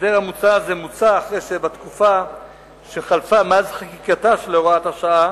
ההסדר הזה מוצע אחרי שבתקופה שחלפה מאז חקיקתה של הוראת השעה